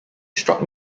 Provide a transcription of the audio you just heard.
struck